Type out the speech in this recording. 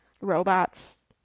robots